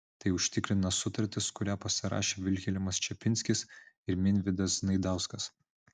tai užtikrina sutartis kurią pasirašė vilhelmas čepinskis ir minvydas znaidauskas